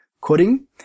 coding